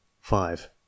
five